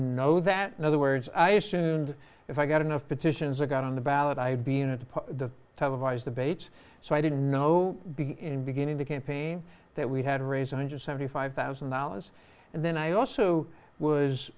know that in other words i assumed if i got enough petitions i got on the ballot i'd be in it the televised debates so i didn't know in beginning to campaign that we had raised one hundred seventy five thousand dollars and then i also was